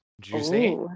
Juicy